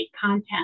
content